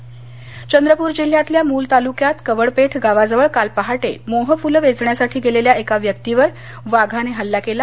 चंद्रपर चंद्रपूर जिल्ह्यातल्या मूल तालुक्यात कवडपेठ गावाजवळ काल पहाटे मोहफुल वेचण्यासाठी गेलेल्या एका व्यक्तीवर वाघाने हल्ला केला